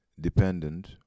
dependent